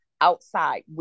outside